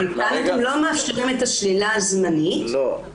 אבל כאן אתם לא מאפשרים את השלילה הזמנית --- לא.